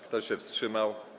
Kto się wstrzymał?